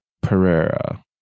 Pereira